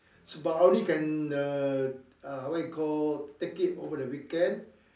but I only can uh uh what you call take it over the weekend